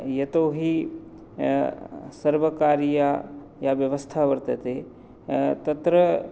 यतोहि सर्वकारीया या व्यवस्था वर्तते तत्र